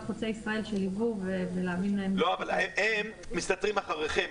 חוצה ישראל שליוו ולהבין מהם --- אבל הם מסתתרים מאחוריכם,